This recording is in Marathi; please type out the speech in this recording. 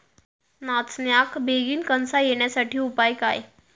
नाचण्याक बेगीन कणसा येण्यासाठी उपाय काय?